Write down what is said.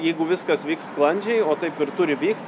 jeigu viskas vyks sklandžiai o taip ir turi vykt